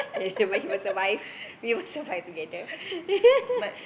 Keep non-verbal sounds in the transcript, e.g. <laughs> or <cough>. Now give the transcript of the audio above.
yes she still might she might survive we will survive together <laughs>